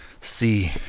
see